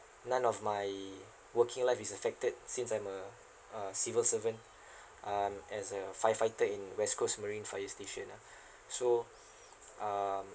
none of my working life is affected since I'm a uh civil servant um as a firefighter in west coast marine fire station ah so um